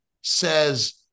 says